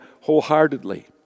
wholeheartedly